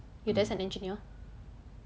your dad's an engineer